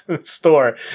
store